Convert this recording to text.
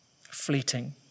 fleeting